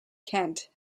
kent